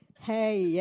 Hey